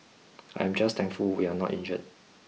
I am just thankful we are not injured